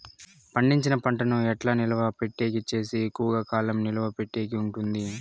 పండించిన పంట ను ఎట్లా నిలువ పెట్టేకి సేస్తే ఎక్కువగా కాలం నిలువ పెట్టేకి ఉంటుంది?